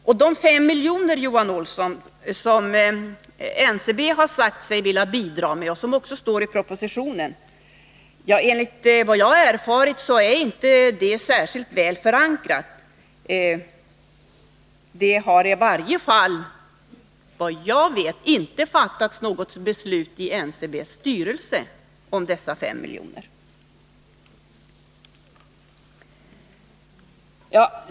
Här vill jag inflika, Johan Olsson, beträffande de 5 miljoner som NCB har sagt sig vilja bidra med, vilket också nämns i propositionen, att detta enligt vad jag har erfarit inte är särskilt väl förankrat. Efter vad jag vet har det i varje fall inte fattats beslut om dessa 5 miljoner i NCB:s styrelse.